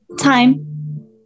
Time